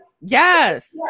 yes